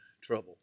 trouble